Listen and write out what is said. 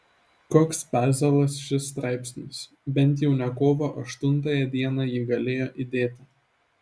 koks pezalas šis straipsnis bent jau ne kovo aštuntąją dieną jį galėjo įdėti